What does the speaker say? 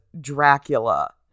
Dracula